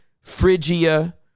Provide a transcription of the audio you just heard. Phrygia